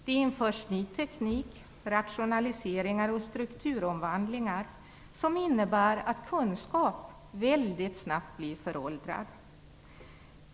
Det införs ny teknik för rationaliseringar och strukturomvandlingar, som innebär att kunskap väldigt snabbt blir föråldrad.